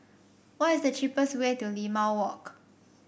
what is the cheapest way to Limau Walk